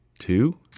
Two